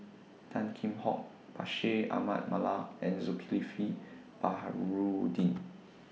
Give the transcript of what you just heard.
Tan Kheam Hock Bashir Ahmad Mallal and Zulkifli Baharudin